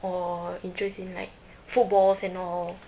or interest in like footballs and all